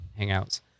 hangouts